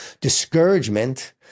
discouragement